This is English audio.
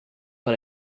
but